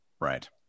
right